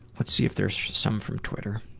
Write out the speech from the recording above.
let's see if there's some from twitter.